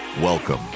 Welcome